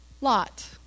Lot